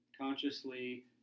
consciously